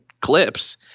clips